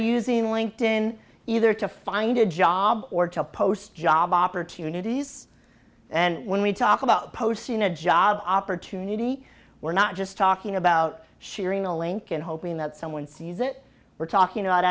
using linked in either to find a job or to post job opportunities and when we talk about posting a job opportunity we're not just talking about sharing a link and hoping that someone sees it we're talking about